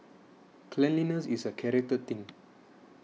cleanliness is a character thing